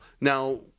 now